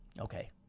Okay